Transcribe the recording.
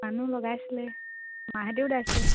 মানুহ লগাইছিলে মাহঁতেও দাইছিলে